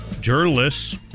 journalists